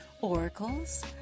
oracles